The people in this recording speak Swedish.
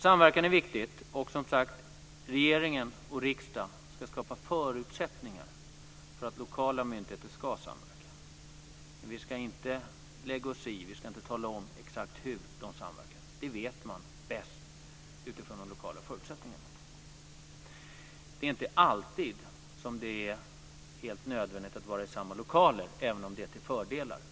Samverkan är viktig, och, som sagt, regeringen och riksdagen ska skapa förutsättningar för att lokala myndigheter ska samverka. Men vi ska inte lägga oss i, vi ska inte tala om exakt hur de ska samverka. Det vet man bäst utifrån de lokala förutsättningarna. Det är inte alltid som det är helt nödvändigt att polis och åklagare arbetar i samma lokaler, även om det är till fördel.